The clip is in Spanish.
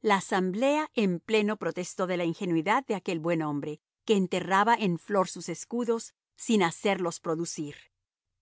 la asamblea en pleno protestó de la ingenuidad de aquel buen hombre que enterraba en flor sus escudos sin hacerlos producir